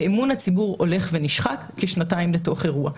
אמון הציבור הולך ונשחק כשנתיים לתוך האירוע.